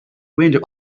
window